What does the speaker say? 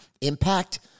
impact